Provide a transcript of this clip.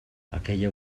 aquella